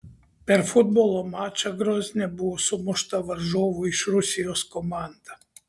per futbolo mačą grozne buvo sumušta varžovų iš rusijos komanda